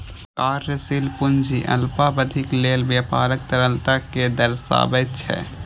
कार्यशील पूंजी अल्पावधिक लेल व्यापारक तरलता कें दर्शाबै छै